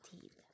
teeth